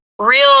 real